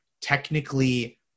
technically